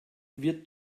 wird